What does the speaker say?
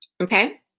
Okay